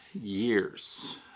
years